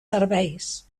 serveis